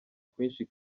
kwinshi